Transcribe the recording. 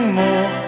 more